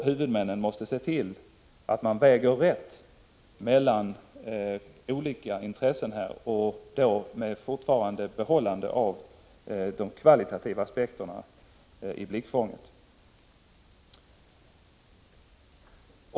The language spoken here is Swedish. Huvudmännen måste se till att man väger rätt mellan olika intressen och då med bibehållande av de kvalitativa aspekterna.